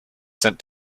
sent